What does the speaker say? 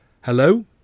Hello